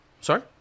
Sorry